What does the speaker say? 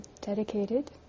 dedicated